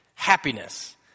happiness